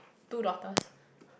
two daughters